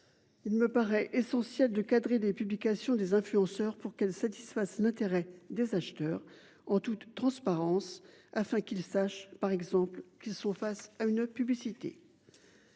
Il me paraît essentiel de cadrer des publications des influenceurs pour qu'elle satisfasse l'intérêt des acheteurs en toute transparence afin qu'ils sachent par exemple qui sont face à une publicité.